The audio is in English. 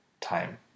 time